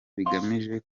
bigamije